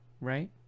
right